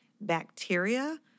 bacteria